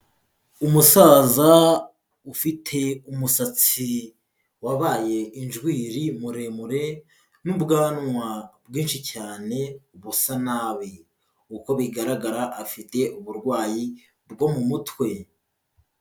Umusaza ufite umusatsi wabaye injwiri muremure n'ubwanwa bwinshi cyane busa nabi, uko bigaragara afite uburwayi bwo mu mutwe.